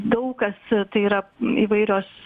daug kas tai yra įvairios